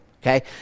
Okay